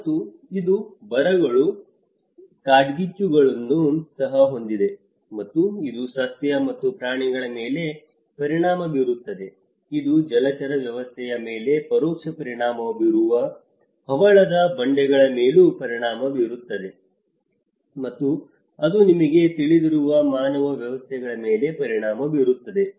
ಮತ್ತು ಇದು ಬರಗಳು ಕಾಡ್ಗಿಚ್ಚುಗಳನ್ನು ಸಹ ಹೊಂದಿದೆ ಮತ್ತು ಇದು ಸಸ್ಯ ಮತ್ತು ಪ್ರಾಣಿಗಳ ಮೇಲೆ ಪರಿಣಾಮ ಬೀರುತ್ತದೆ ಇದು ಜಲಚರ ವ್ಯವಸ್ಥೆಯ ಮೇಲೆ ಪರೋಕ್ಷ ಪರಿಣಾಮ ಬೀರುವ ಹವಳದ ಬಂಡೆಗಳ ಮೇಲೂ ಪರಿಣಾಮ ಬೀರುತ್ತದೆ ಮತ್ತು ಅದು ನಿಮಗೆ ತಿಳಿದಿರುವ ಮಾನವ ವ್ಯವಸ್ಥೆಗಳ ಮೇಲೆ ಪರಿಣಾಮ ಬೀರುತ್ತದೆ